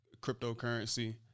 cryptocurrency